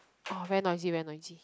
ah very noisy very noisy